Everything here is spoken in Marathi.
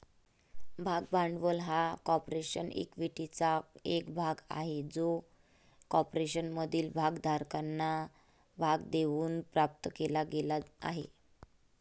भाग भांडवल हा कॉर्पोरेशन इक्विटीचा एक भाग आहे जो कॉर्पोरेशनमधील भागधारकांना भाग देऊन प्राप्त केला गेला आहे